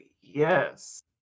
yes